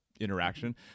interaction